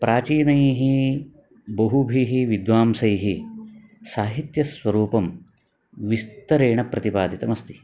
प्राचीनैः बहुभिः विद्वांसैः साहित्यस्वरूपं विस्तरेण प्रतिपादितमस्ति